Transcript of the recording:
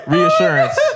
Reassurance